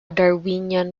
darwinian